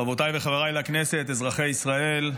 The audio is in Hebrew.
חברותיי וחבריי חברי הכנסת, אזרחי ישראל: